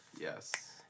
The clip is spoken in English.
yes